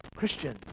Christian